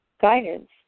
guidance